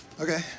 Okay